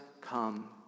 come